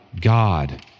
God